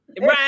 Right